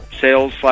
sales